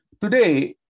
Today